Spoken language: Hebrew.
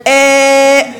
יש גיל.